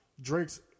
Drake's